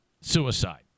suicide